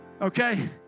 Okay